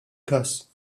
każ